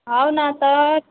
हो ना सर